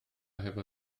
efo